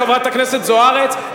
חברת הכנסת זוארץ,